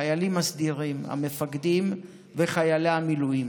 החיילים הסדירים, המפקדים וחיילי המילואים.